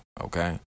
okay